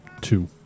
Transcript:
two